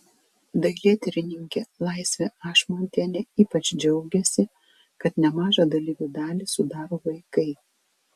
dailėtyrininkė laisvė ašmontienė ypač džiaugėsi kad nemažą dalyvių dalį sudaro vaikai